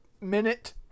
minute